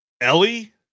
Ellie